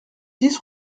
six